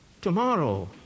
tomorrow